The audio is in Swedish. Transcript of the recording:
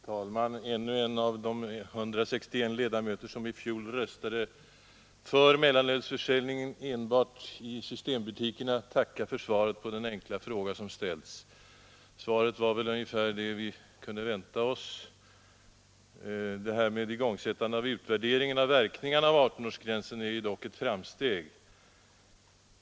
Herr talman! Ännu en av de 161 ledamöter som i fjol röstade för mellanölsförsäljning enbart i systembutikerna tackar för svaret på den enkla fråga som ställts. Det var väl ungefär det försiktiga svar vi kunde vänta oss. Jag noterar dock igångsättningen av en utvärdering av verkningarna av regeln om 18-årsgränsen som ett framsteg.